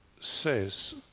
says